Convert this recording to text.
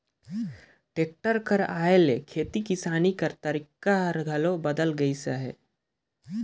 tractor कर आए ले खेती किसानी कर तरीका हर घलो बदेल गइस अहे